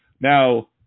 Now